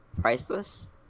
Priceless